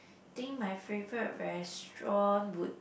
think my favourite restaurant would